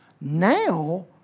Now